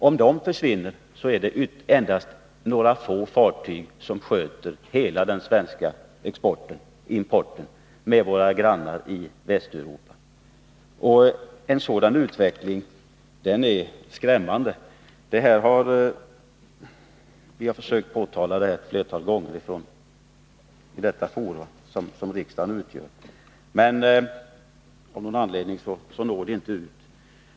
Om det försvinner är det endast några få fartyg som sköter hela den svenska exporten och importen till och från våra grannar i Västeuropa. En sådan utveckling är skrämmande. Vi har försökt påtala detta ett flertal gånger i det forum som riksdagen utgör, men av någon anledning når vi inte ut.